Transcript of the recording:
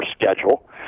schedule